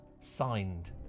signed